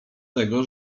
tego